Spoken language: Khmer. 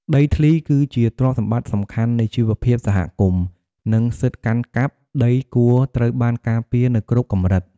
ដីធ្លីគឺជាទ្រព្យសម្បត្តិសំខាន់នៃជីវភាពសហគមន៍ និងសិទ្ធិកាន់កាប់ដីគួរត្រូវបានការពារនៅគ្រប់កម្រិត។